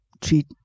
treat